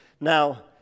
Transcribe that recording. now